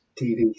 TV